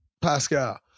Pascal